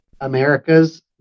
America's